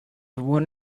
one